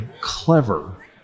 clever